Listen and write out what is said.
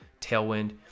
tailwind